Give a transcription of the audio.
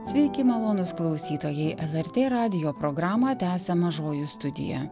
sveiki malonūs klausytojai lrt radijo programą tęsia mažoji studija